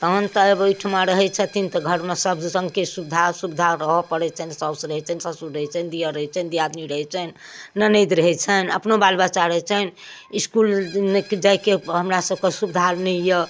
तहन तऽ आब एहिठमा रहै छथिन तऽ घरमे सभ रङ्गके सुबिधा असुबिधा रहऽ पड़ै छनि सासु रहै छनि ससुर रहै छनि दिअर रहै छनि दियादनी रहै छनि ननैद रहै छनि अपनो बाल बच्चा रहै छनि इसकूल नहि जाइके हमरा सभके सुबिधा नहि यऽ